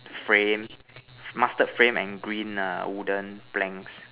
frame mustard frame and green err wooden planks